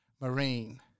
Marine